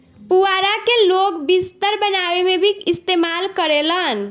पुआरा के लोग बिस्तर बनावे में भी इस्तेमाल करेलन